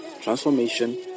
transformation